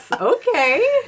Okay